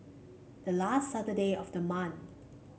the last Saturday of the month